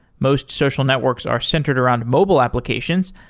most social networks are centered around mobile applications,